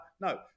No